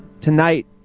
Tonight